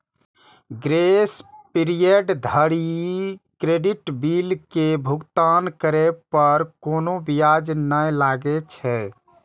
grace period धरि credit bill के भुगतान करै पर कोनो ब्याज नै लागै छै